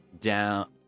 down